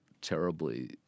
terribly